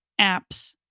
apps